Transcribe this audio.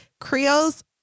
creoles